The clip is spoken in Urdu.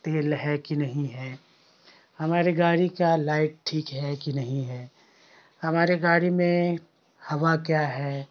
تیل ہے کہ نہیں ہے ہمارے گاری کا لائٹ ٹھیک ہے کہ نہیں ہے ہمارے گاڑی میں ہوا کیا ہے